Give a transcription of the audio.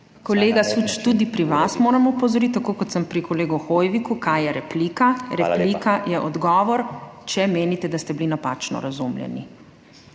Kolega Süč, tudi pri vas moram opozoriti, tako kot sem pri kolegu Hoiviku, kaj je replika. Replika je odgovor, če menite, da ste bili napačno razumljeni